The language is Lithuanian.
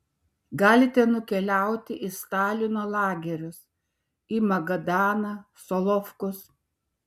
galite nukeliauti į stalino lagerius į magadaną solovkus